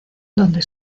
donde